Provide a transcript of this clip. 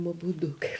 būdų kaip